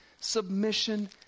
submission